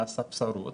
לספסרות,